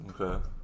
Okay